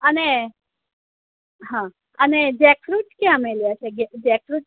અને હ અને જેકફ્રૂટ કયા મેલ્યા છે જે જેકફ્રૂટ